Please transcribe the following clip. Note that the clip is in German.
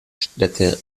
städte